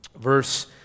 verse